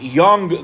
young